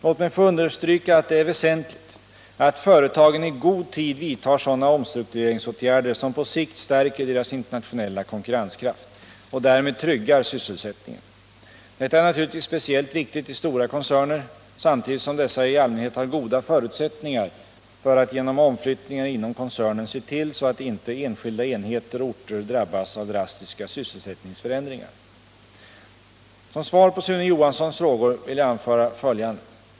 Låt mig understryka att det är väsentligt att företagen i god tid vidtar sådana omstruktureringsåtgärder som på sikt stärker deras internationella konkurrenskraft och därmed tryggar sysselsättningen. Detta är naturligtvis speciellt viktigt i stora koncerner, samtidigt som dessa i allmänhet har goda förutsättningar för att genom omflyttningar inom koncernen se till att inte enskilda enheter och orter drabbas av drastiska sysselsättningsförändringar. Som svar på Sune Johanssons frågor vill jag anföra följande.